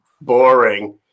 Boring